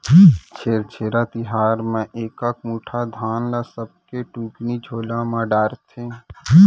छेरछेरा तिहार म एकक मुठा धान ल सबके टुकनी झोला म डारथे